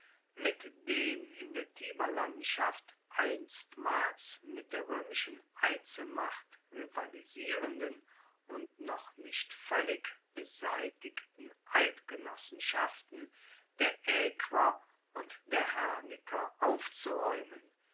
mit den in der tiberlandschaft einstmals mit der roemischen einzelmacht rivalisierenden und noch nicht voellig beseitigten eidgenossenschaften der aequer und der herniker aufzuraeumen